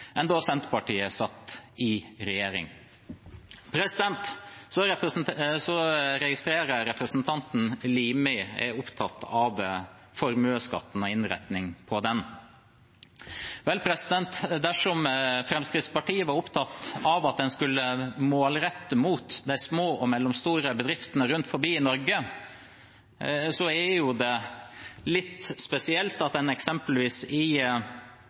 enn da Senterpartiet satt i regjering. Jeg registrerer at representanten Limi er opptatt av formuesskatten og innretningen på den. Vel, dersom Fremskrittspartiet var opptatt av at en skulle målrette mot de små og mellomstore bedriftene rundt omkring i Norge, er det litt spesielt at en eksempelvis i